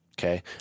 okay